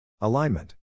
Alignment